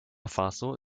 faso